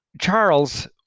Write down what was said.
Charles